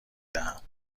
دهم